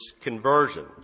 conversion